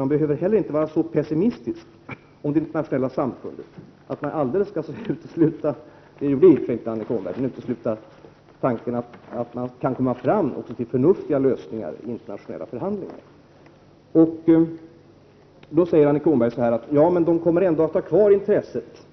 Man behöver heller inte vara så pessimistisk i fråga om det internationella samfundet att man alldeles utesluter tanken att man kan komma fram till förnuftiga lösningar i internationella förhandlingar. Då säger Annika Åhnberg: Men de kommer ändå att ha kvar intresset